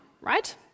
right